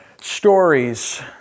stories